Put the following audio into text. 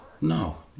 no